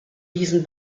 diesen